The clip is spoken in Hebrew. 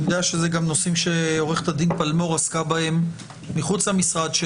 אני יודע שזה גם נושאים שעו"ד פלמור עסקה בהם מחוץ למשרד.